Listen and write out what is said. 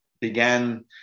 began